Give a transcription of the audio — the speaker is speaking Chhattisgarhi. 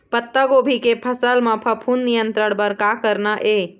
पत्तागोभी के फसल म फफूंद नियंत्रण बर का करना ये?